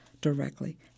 directly